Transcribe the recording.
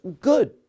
good